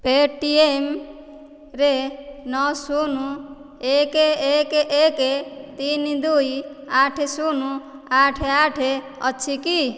ପେ'ଟିଏମ୍ରେ ନଅ ଶୂନ ଏକ ଏକ ଏକ ତିନି ଦୁଇ ଆଠ ଶୂନ ଆଠ ଆଠ ଅଛି କି